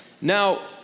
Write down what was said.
Now